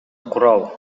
курал